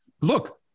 look